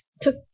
took